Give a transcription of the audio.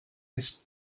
ist